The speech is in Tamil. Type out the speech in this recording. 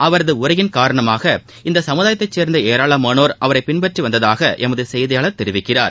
அவரதுஉரையின் காரணமாக இந்தசமுதாயத்தைச் சேர்ந்தரராளமானோர் அவரைபின்பற்றிவந்ததாகஎமதுசெய்தியாளர் தெரிவிக்கிறார்